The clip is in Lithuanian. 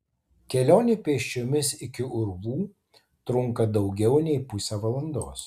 kelionė pėsčiomis iki urvų trunka daugiau nei pusę valandos